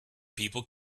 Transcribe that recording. people